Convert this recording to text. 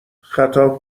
خطاب